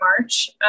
March